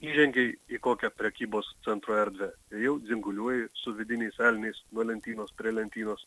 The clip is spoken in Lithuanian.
įžengei į kokią prekybos centro erdvę ir jau dzinguliuoji su vidiniais elniais nuo lentynos prie lentynos